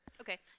Okay